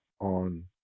on